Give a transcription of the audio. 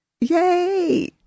Yay